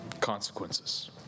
consequences